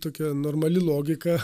tokia normali logika